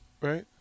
Right